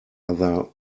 other